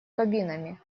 кабинами